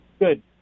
Good